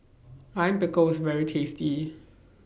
Lime Pickle IS very tasty